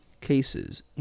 cases